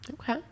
Okay